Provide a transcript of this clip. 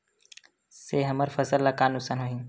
से हमर फसल ला नुकसान होही?